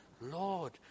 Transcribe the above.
Lord